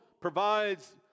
provides